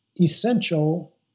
essential